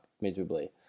miserably